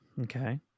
Okay